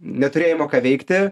neturėjimo ką veikti